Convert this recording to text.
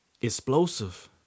explosive